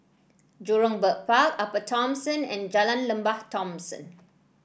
Jurong Bird Park Upper Thomson and Jalan Lembah Thomson